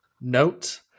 note